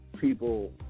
people